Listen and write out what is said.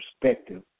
perspective